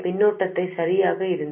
மின்னோட்டம் சிறியதாக இருக்கும்